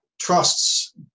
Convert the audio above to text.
trusts